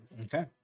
Okay